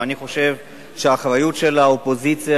ואני חושב שהאחריות של האופוזיציה,